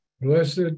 Blessed